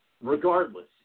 regardless